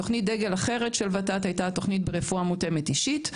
תוכנית דגל אחרת של ות"ת הייתה תוכנית ברפואה מותאמת אישית,